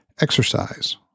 exercise